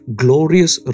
glorious